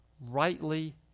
rightly